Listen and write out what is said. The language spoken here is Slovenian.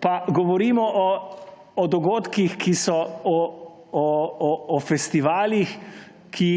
Pa govorimo o dogodkih, o festivalih, ki